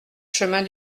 chemin